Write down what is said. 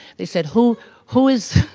they said who who is?